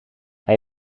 hij